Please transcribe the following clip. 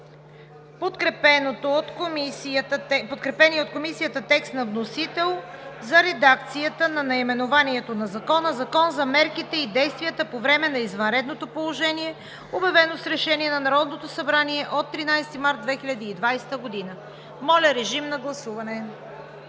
подкрепения от Комисията текст на вносителя за редакцията на наименованието на Закона – Закон за мерките и действията по време на извънредното положение, обявено с решение на Народното събрание от 13 март 2020 г. Гласували